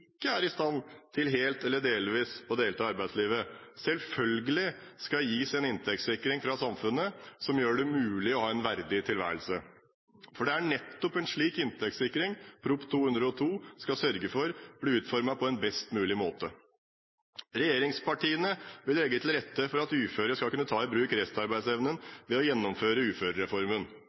er i stand til helt eller delvis å delta i arbeidslivet, selvfølgelig skal gis en inntektssikring fra samfunnet som gjør det mulig å ha en verdig tilværelse. Det er nettopp en slik inntektssikring Prop. 202 L for 2012–2013 skal sørge for at blir utformet på en best mulig måte. Regjeringspartiene vil legge til rette for at uføre skal kunne ta i bruk restarbeidsevnen ved å gjennomføre uførereformen.